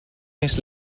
més